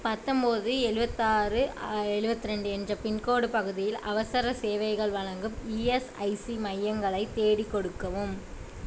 பத்தொம்பது எழுபத்தாறு எழுபத்ரெண்டு என்ற பின்கோடு பகுதியில் அவசர சேவைகள் வழங்கும் இஎஸ்ஐசி மையங்களை தேடிக் கொடுக்கவும்